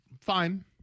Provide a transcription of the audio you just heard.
fine